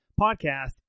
podcast